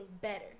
better